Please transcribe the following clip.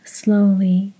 slowly